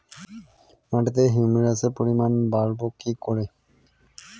মাটিতে হিউমাসের পরিমাণ বারবো কি করে?